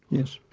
yes.